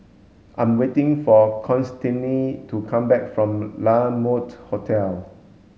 I'm waiting for Constantine to come back from La Mode Hotel